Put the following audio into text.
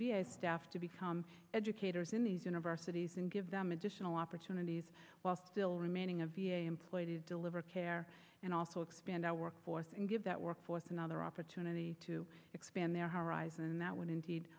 a staff to become educators in these universities and give them additional opportunities while still remaining deliver care and also expand our workforce and give that workforce another opportunity to expand their horizon and that would indeed